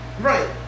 Right